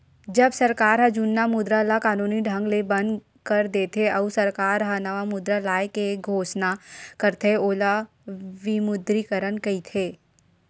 जब सरकार ह जुन्ना मुद्रा ल कानूनी ढंग ले बंद कर देथे, अउ सरकार ह नवा मुद्रा लाए के घोसना करथे ओला विमुद्रीकरन कहिथे